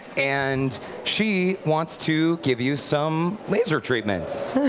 and she wants to give you some laser treatments.